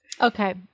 Okay